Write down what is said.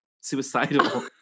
suicidal